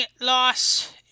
loss